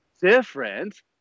different